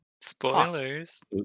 Spoilers